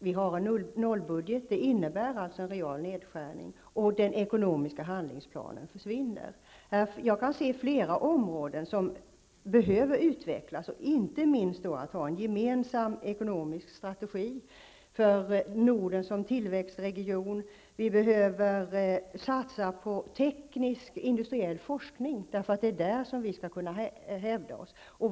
Vi har nu en nollbudget, och det innebär en real nedskärning och att den ekonomiska handlingsplanen försvinner. Jag kan se flera områden som behöver utvecklas. Det gäller inte minst en gemensam ekonomisk strategi för Norden som tillväxtregion. Vi behöver satsa på teknisk industriell forskning, eftersom det är där vi skall kunna hävda oss.